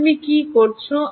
তো তুমি কি করছ